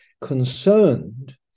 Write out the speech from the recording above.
concerned